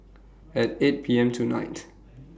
At eight P M tonight